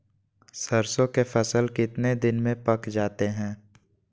सरसों के फसल कितने दिन में पक जाते है?